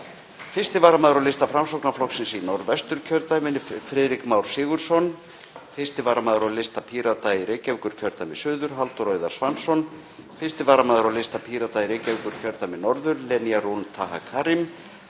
1. varamaður á lista Framsóknarflokksins í Norðvesturkjördæmi, Friðrik Már Sigurðsson, 1. varamaður á lista Pírata í Reykjavíkurkjördæmi suður, Halldór Auðar Svansson, 1. varamaður á lista Pírata í Reykjavíkurkjördæmi norður, Lenya Rún Taha Karim,